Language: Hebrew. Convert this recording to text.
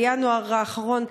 בינואר האחרון,